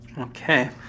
Okay